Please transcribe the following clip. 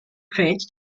bridge